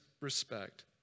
respect